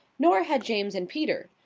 nor had james and peter.